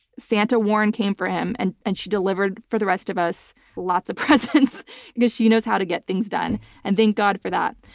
santa warren came for him and and she delivered to the rest of us lots of presents because she knows how to get things done and thank god for that.